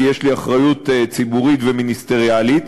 כי יש לי אחריות ציבורית ומיניסטריאלית,